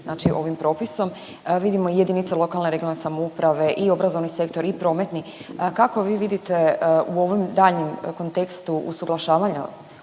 znači ovim propisom, vidimo i JLRS i obrazovni sektor i prometni. Kako vi vidite u ovom daljnjem kontekstu usuglašavanja